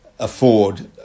afford